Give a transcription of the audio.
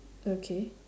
okay